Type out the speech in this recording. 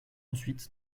ensuite